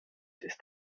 ist